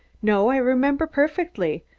no, i remember perfectly.